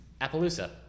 Appaloosa